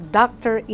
doctor